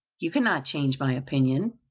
you cannot change my opinion.